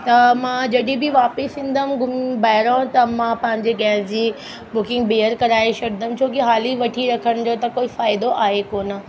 त मां जॾहिं बि वापिसि ईंदमि घुमी ॿाहिरो त त मां पंहिंजे गैस जी बुकिंग ॿीहर कराए छॾदमि छो की हाली वठी रखण जो त कोई फ़ाइदो आहे कोन्ह